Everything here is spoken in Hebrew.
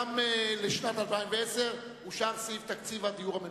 גם לשנת 2010 אושר סעיף תקציב הדיור הממשלתי.